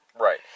Right